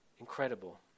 Incredible